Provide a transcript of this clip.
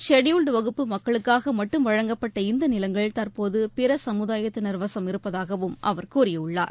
scheduled வகுப்பு மக்களுக்கான மட்டும் வழங்கப்பட்ட இந்த நிலங்கள் தற்போது பிற சமுதாயத்தினர் வசம் இருப்பதாகவும் அவர் கூறியுள்ளார்